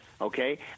okay